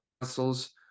muscles